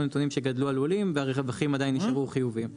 נתונים שגדלו הלולים והרווחים עדיין נשארו חיוביים.